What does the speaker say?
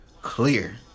Clear